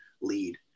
lead